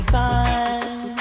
time